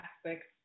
aspects